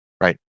Right